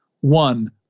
One